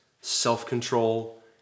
self-control